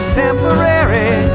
temporary